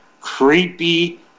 creepy